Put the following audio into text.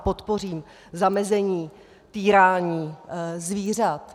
Podpořím zamezení týrání zvířat.